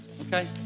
Okay